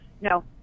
no